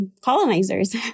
colonizers